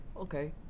Okay